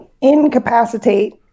incapacitate